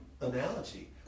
analogy